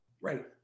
Right